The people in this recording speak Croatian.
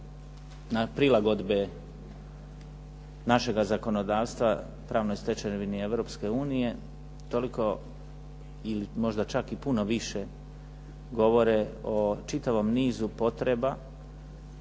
na prilagodbe našega zakonodavstva pravnoj stečevini Europske unije, toliko ili možda čak i puno više govore o čitavom nizu potreba